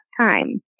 time